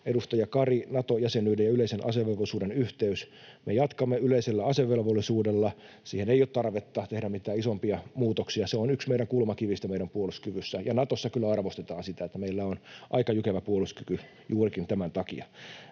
Edustaja Kari: Nato-jäsenyyden ja yleisen asevelvollisuuden yhteys. Me jatkamme yleisellä asevelvollisuudella. Siihen ei ole tarvetta tehdä mitään isompia muutoksia. Se on yksi meidän kulmakivistä meidän puolustuskyvyssä, ja Natossa kyllä arvostetaan sitä, että meillä on aika jykevä puolustuskyky juurikin tämän takia.